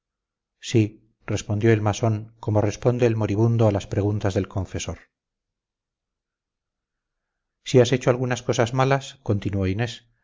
sí respondió el masón como responde el moribundo a las preguntas del confesor si has hecho algunas cosas malas continuó inés